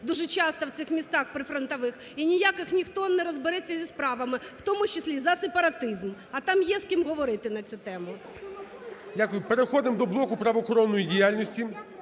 дуже часто в цих містах прифронтових, і ніяк і ніхто не розбереться зі справами, у тому числі, за сепаратизм. А там є з ким говорити на цю тему. ГОЛОВУЮЧИЙ. Дякую. Переходимо до блоку правоохоронної діяльності.